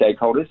stakeholders